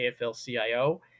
AFL-CIO